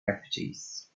refugees